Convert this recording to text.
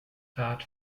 rad